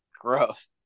Gross